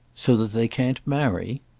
so that they can't marry?